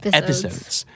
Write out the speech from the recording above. episodes